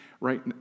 right